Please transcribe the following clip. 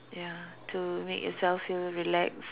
ya to make yourself feel relaxed